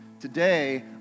Today